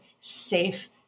safe